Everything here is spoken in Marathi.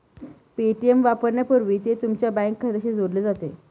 पे.टी.एम वापरण्यापूर्वी ते तुमच्या बँक खात्याशी जोडले जाते